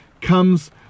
comes